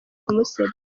kumusebya